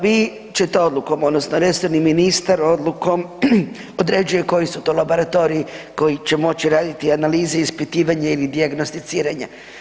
Vi će te odlukom odnosno resorni ministar odlukom određuje koji su to laboratoriji koji će moći raditi analize, ispitivanja ili dijagnosticiranja.